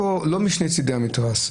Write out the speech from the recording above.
שלא רשום בפנקס הבוחרים,